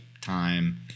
time